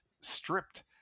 stripped